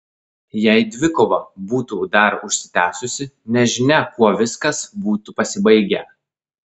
jei dvikova būtų dar užsitęsusi nežinia kuo viskas būtų pasibaigę